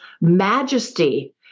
majesty